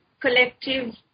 collective